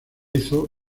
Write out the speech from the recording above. hizo